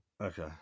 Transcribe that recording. Okay